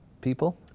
people